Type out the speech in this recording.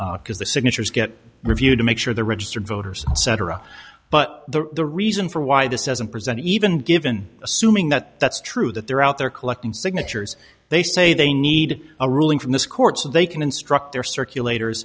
because the signatures get reviewed to make sure the registered voters cetera but the the reason for why this isn't present even given assuming that that's true that they're out there collecting signatures they say they need a ruling from this court so they can instruct their circulat